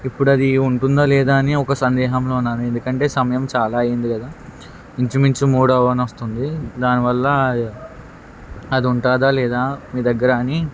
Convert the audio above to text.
ఇప్పుడది ఉంటుందా లేదా అని ఒక సందేహంలో ఉన్నాను ఎందుకంటే సమయం చాలా అయింది కదా ఇంచుమించు మూడు అవ్వనొస్తుంది దానివల్ల అదుంటాదా లేదా మీ దగ్గర అని